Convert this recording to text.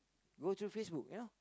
go to Facebook you know